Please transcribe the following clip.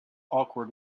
awkward